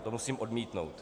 To musím odmítnout.